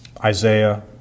Isaiah